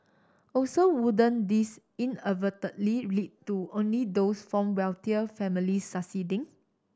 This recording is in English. also wouldn't this inadvertently lead to only those from wealthier families succeeding